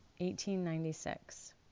1896